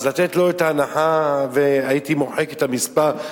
אז לתת לו את ההנחה, והייתי מוחק את המספר.